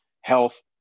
health